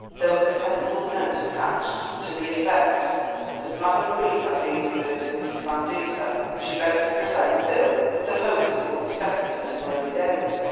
there was a pencilled note attached, to the effect that as madame pryse had been referred to mrs. van duser, she begged to present the bill, with the hope that it would be settled at an early date.